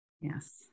Yes